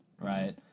right